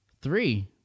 three